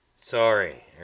Sorry